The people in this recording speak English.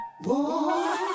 Boy